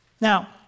Now